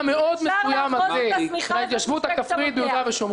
מסוים הזה בהתיישבות הכפרית ביהודה ושומרון,